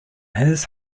his